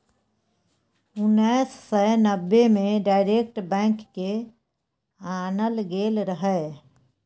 उन्नैस सय नब्बे मे डायरेक्ट बैंक केँ आनल गेल रहय